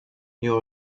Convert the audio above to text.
you